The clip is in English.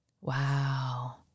Wow